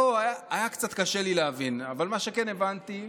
והיה קצת קשה לי להבין, אבל מה שכן הבנתי,